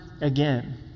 again